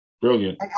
Brilliant